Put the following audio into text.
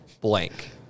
blank